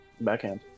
Backhand